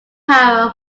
power